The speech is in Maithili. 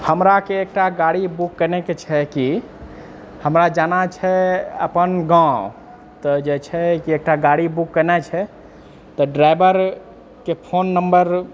हमराके एकटा गाड़ी बुक केनाएके छै कि हमरा जाना छै अपन गाँव तऽ जे छै कि एकटा गाड़ी बुक केनाए छै तऽ ड्राइवरके फोन नम्बर